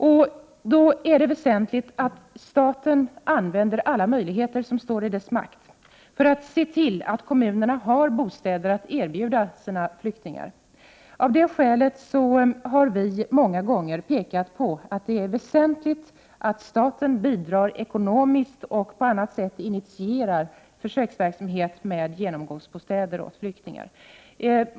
Det är därför väsentligt att staten använder alla möjligheter som står i dess makt för att se till att kommunerna har bostäder att erbjuda sina flyktingar. Av det skälet har vi många gånger pekat på att det är väsentligt att staten bidrar ekonomiskt och på annat sätt initierar försöksverksamhet med genomgångsbostäder för flyktingar.